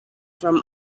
from